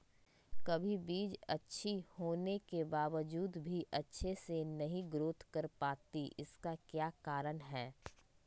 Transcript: कभी बीज अच्छी होने के बावजूद भी अच्छे से नहीं ग्रोथ कर पाती इसका क्या कारण है?